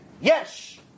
Yes